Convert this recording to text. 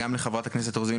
מוזגו.